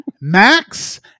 Max